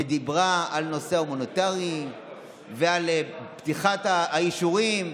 היא דיברה על הנושא ההומניטרי ועל פתיחת האישורים.